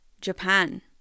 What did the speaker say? Japan